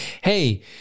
hey